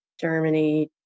Germany